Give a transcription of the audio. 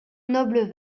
noble